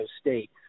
State